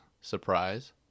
surprise